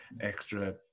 extra